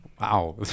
Wow